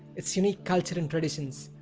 its unique culture and traditions,